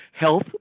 health